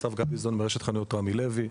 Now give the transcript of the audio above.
אסף גביזון מרשת חנויות רמי לוי.